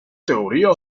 teoría